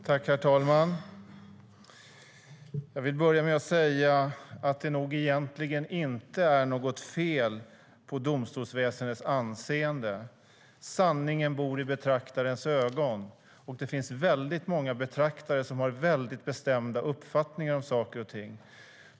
Herr talman! Jag vill börja med att säga att det egentligen inte är något fel på domstolsväsendets anseende. Sanningen bor i betraktarens öga. Det finns väldigt många betraktare som har mycket bestämda uppfattningar om saker och ting.